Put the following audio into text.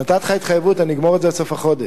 נתתי לך התחייבות, אני אגמור את זה עד סוף החודש.